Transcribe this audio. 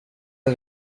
att